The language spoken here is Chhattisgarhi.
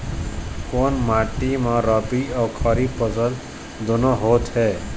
कोन माटी म रबी अऊ खरीफ फसल दूनों होत हे?